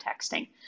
texting